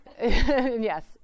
Yes